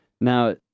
Now